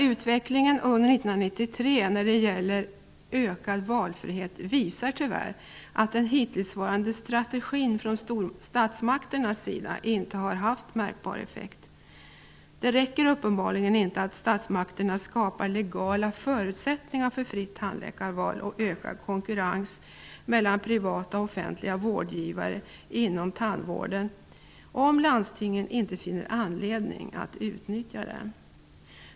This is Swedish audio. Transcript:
Utvecklingen under 1993 när det gäller ökad valfrihet visar tyvärr att den hittillsvarande strategin från statsmakternas sida inte haft märkbar effekt. Det räcker uppenbarligen inte att statsmakterna skapar legala förutsättningar för fritt tandläkarval och ökad konkurrens mellan privata och offentliga vårdgivare inom tandvården om landstingen inte finner anledning att utnyttja dem.